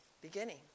beginning